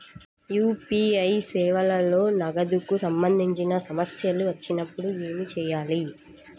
UPI సేవలలో నగదుకు సంబంధించిన సమస్యలు వచ్చినప్పుడు ఏమి చేయాలి?